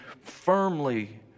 firmly